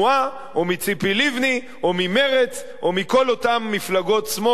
או מציפי לבני או ממרצ או מכל אותן מפלגות שמאל,